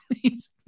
please